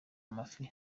amafi